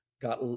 got